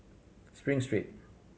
Spring Street